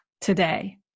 today